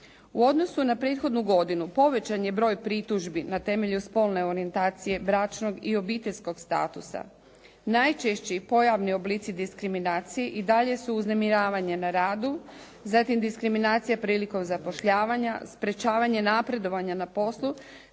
U odnosu na prethodnu godinu, povećan je broj pritužbi na temelju spolne orijentacije bračnog i obiteljskog statusa. Najčešći pojavni oblici diskriminacije i dalje su uznemiravanje na radu, zatim diskriminacija prilikom zapošljavanja, sprječavanje napredovanja na poslu